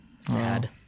Sad